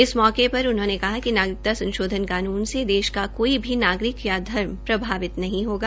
इस मौके पर उनहोंने कहा कि नागरिकता संशोधन कानून मे देश का कोई नागरिक या धर्म प्रभावित नहीं होगा